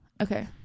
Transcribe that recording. okay